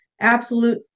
absolute